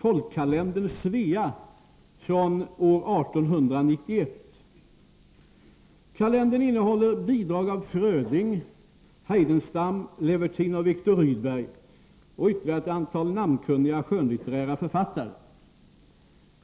folkkalendern Svea från år 1891. Kalendern innehåller bidrag av Fröding, Heidenstam, Levertin, Viktor Rydberg och ytterligare ett antal namnkunniga skönlitterära författare.